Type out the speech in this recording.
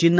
ಚಿನ್ನ